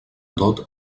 tot